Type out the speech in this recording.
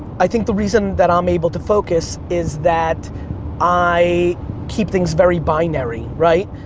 i think the reason that i'm able to focus is that i keep things very binary. right,